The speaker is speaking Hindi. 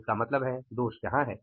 तो इसका मतलब है दोष यहाँ है